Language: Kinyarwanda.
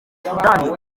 soudan